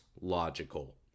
logical